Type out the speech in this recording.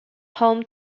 home